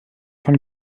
von